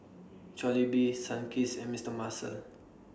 Jollibee Sunkist and Mister Muscle